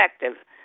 effective